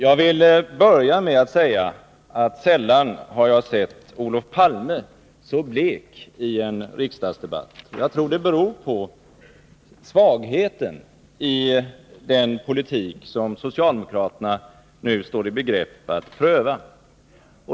Fru talman! Sällan har jag sett Olof Palme så blek i en riksdagsdebatt. Jag tror att hans blekhet beror på svagheten i den politik som socialdemokraterna nu står i begrepp att pröva.